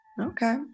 Okay